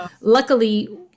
luckily